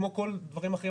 כמו כל הדברים האחרים,